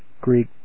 Greek